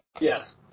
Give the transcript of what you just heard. Yes